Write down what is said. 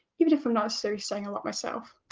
even if i'm not so saying a lot myself.